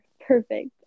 perfect